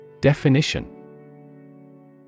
Definition